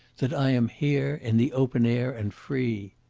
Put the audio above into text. that i am here, in the open air, and free.